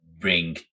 bring